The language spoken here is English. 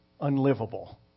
unlivable